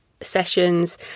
sessions